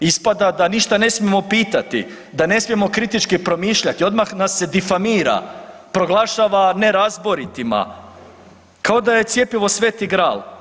Ispada da ništa ne smijemo pitati, da ne smijemo kritički promišljati, odmah nas se difamira, proglašava nerazboritima, kao da je cjepivo Sveti gral.